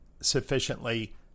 sufficiently